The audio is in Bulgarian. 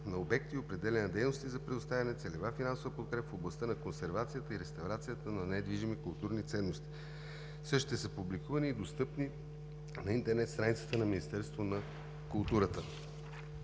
на обекти и определяне на дейности за предоставяне на целева финансова подкрепа в областта на консервацията и реставрацията на недвижими културни ценности. Същите са публикувани и достъпни на интернет страницата на Министерството на културата.